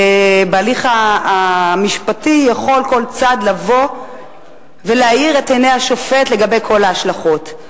בהליך המשפטי יכול כל צד לבוא ולהאיר את עיני השופט לגבי כל ההשלכות.